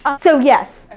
um so, yes,